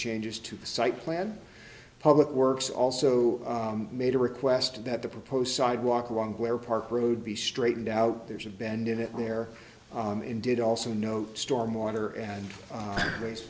changes to the site plan public works also made a request that the proposed sidewalk wrong where park road be straightened out there's a bend in it where it ended also note storm water and race